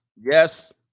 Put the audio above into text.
Yes